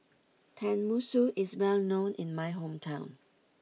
Tenmusu is well known in my hometown